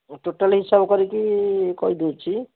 ମୁଁ ଟୋଟାଲ୍ ହିସାବ କରିକି କହିଦେଉଛି